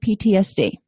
PTSD